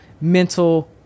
mental